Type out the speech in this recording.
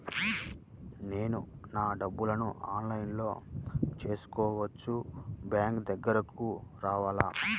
నేను నా డబ్బులను ఆన్లైన్లో చేసుకోవచ్చా? బ్యాంక్ దగ్గరకు రావాలా?